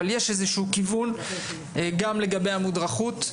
יש איזה שהוא כיוון גם לגבי המודרכות.